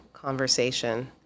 conversation